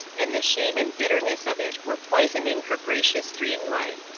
and the shame and bitterness of it were poisoning her gracious dream life.